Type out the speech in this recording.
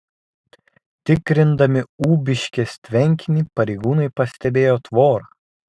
tikrindami ūbiškės tvenkinį pareigūnai pastebėjo tvorą